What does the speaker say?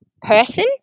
person